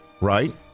right